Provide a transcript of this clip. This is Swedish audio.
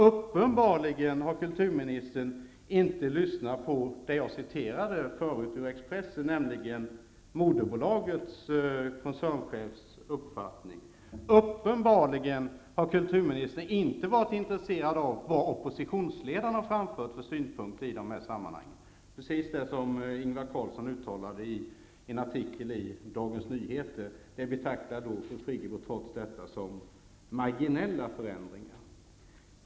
Uppenbarligen har kulturministern inte lyssnat på det jag citerade förut ur Expressen, nämligen moderbolagets koncernchefs uppfattning. Uppenbarligen har kulturministern inte varit intresserad av de synpunkter oppositionsledaren har framfört i det här sammanhanget, som Ingvar Carlsson redovisade i en artikel i Dagens Nyheter. Trots detta betrakar fru Friggebo förändringarna som marginella.